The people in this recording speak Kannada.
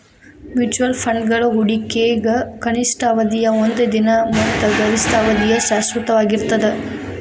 ಮ್ಯೂಚುಯಲ್ ಫಂಡ್ಗಳ ಹೂಡಿಕೆಗ ಕನಿಷ್ಠ ಅವಧಿಯ ಒಂದ ದಿನ ಮತ್ತ ಗರಿಷ್ಠ ಅವಧಿಯ ಶಾಶ್ವತವಾಗಿರ್ತದ